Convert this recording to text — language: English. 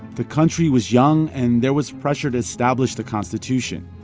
the country was young and there was pressure to establish the constitution.